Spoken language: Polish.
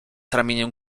ramieniem